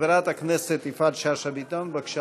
חברת הכנסת יפעת שאשא ביטון, בבקשה.